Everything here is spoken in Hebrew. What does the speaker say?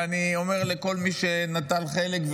ואני אומר לכל מי שנטל חלק,